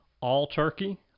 all-turkey